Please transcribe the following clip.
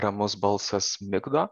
ramus balsas migdo